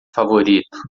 favorito